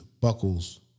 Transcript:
buckles